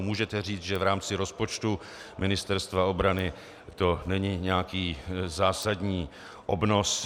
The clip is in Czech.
Můžete říct, že v rámci rozpočtu Ministerstva obrany to není nějaký zásadní obnos.